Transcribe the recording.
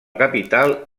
capital